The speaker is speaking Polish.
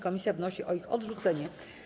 Komisja wnosi o ich odrzucenie.